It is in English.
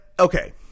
Okay